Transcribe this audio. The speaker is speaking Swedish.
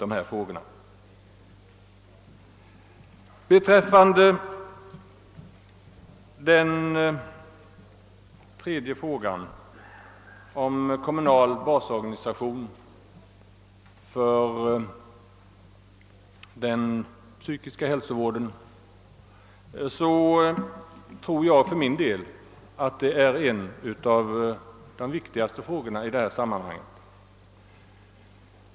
Det tredje av motionärernas krav, en kommunal basorganisation för den psykiska hälsovården, tror jag är en av de viktigaste frågorna i detta sammanhang.